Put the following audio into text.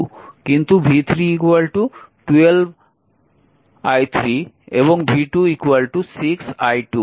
কিন্তু v3 12 i3 এবং v2 6 i2